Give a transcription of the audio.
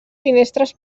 finestres